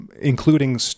including